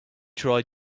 try